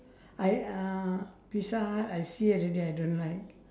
I uh pizza I see already I don't like